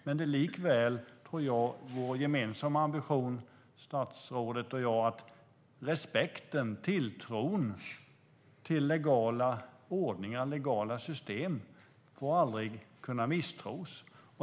Men det är likväl, tror jag, statsrådets och min gemensamma ambition att respekten för och tilltron till legala ordningar och system aldrig får misstros.